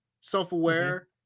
self-aware